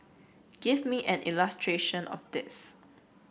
give me an illustration of this